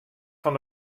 fan